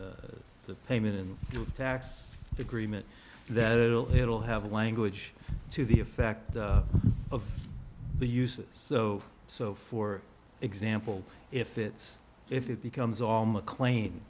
the payment and tax agreement that it will it'll have language to the effect of the uses so so for example if it's if it becomes all mclean